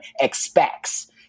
expects